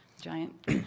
giant